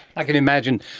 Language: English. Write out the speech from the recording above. i can imagine.